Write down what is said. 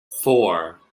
four